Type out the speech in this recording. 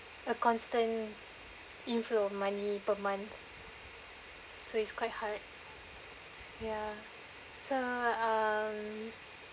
a constant inflow of money per month so it's quite hard ya so um